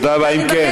תודה רבה, גברתי.